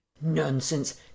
Nonsense